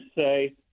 say